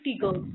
girls